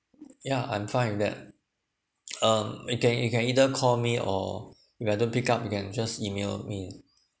yeah I'm fine then um you can you can either call me or if I don't pick up you can just email me